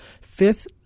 fifth